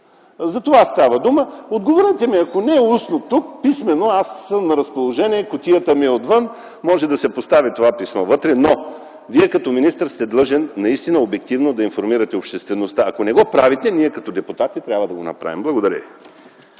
Затова става дума. Отговорете ми! Ако не устно тук, писмено – аз съм на разположение, кутията ми е отвън, може това писмо да се постави вътре. Но Вие като министър сте длъжен наистина обективно да информирате обществеността. Ако не го правите, ние като депутати трябва да го направим. Благодаря.